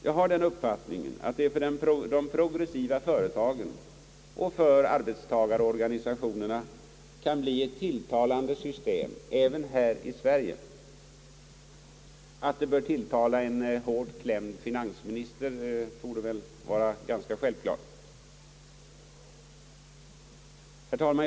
Jag har den uppfattningen att det för de progressiva företagen och för arbetstagarorganisationerna kan bli ett tilltalande system även i Sverige. Att det bör tilltala en hårt klämd finansminister torde vara ganska självklart. Herr talman!